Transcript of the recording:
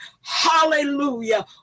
hallelujah